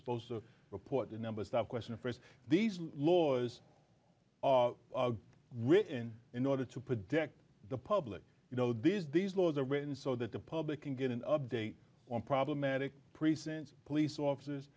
supposed to report the numbers that question st these laws written in order to protect the public you know these these laws are written so that the public can get an update on problematic presents police officers